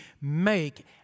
make